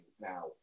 now